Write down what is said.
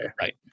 right